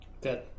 good